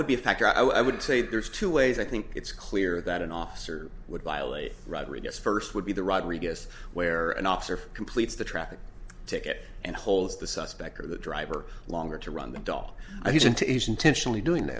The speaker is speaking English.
would be a factor i would say there's two ways i think it's clear that an officer would violate rodriguez first would be the rodriguez where an officer completes the traffic ticket and holds the suspect or the driver longer to run the dog he said to intentionally doing that